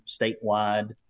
statewide